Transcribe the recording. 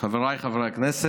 שותפויות ומיסוי על קרנות